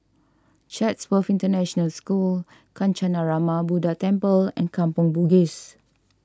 Chatsworth International School Kancanarama Buddha Temple and Kampong Bugis